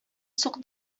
сук